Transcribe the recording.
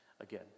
again